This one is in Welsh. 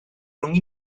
rhwng